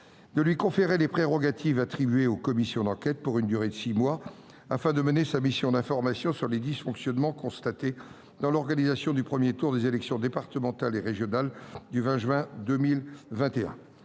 de lui conférer les prérogatives attribuées aux commissions d'enquête, pour une durée de six mois, afin de mener une mission d'information sur les dysfonctionnements constatés dans l'organisation des élections départementales et régionales de juin 2021.